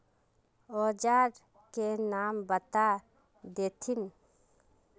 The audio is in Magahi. औजार के नाम बता देथिन?